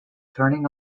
turning